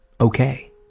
Okay